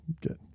Good